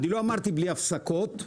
אולי לא בלי הפסקות חשמל,